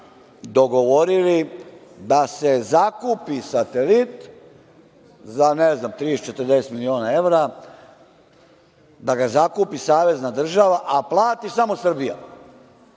dogovorili da se zakupi satelit za ne znam 30, 40 miliona evra, da ga zakupi savezna država, a plati samo Srbija.